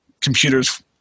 computers